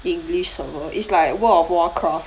english server is like world of warcraft